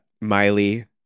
Miley